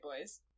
Boys